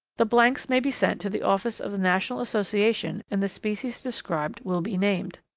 the blanks may be sent to the office of the national association and the species described will be named.